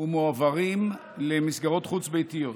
ומועברים למסגרות חוץ-ביתיות.